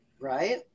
right